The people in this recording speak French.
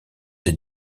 des